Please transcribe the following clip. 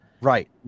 right